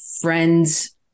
friends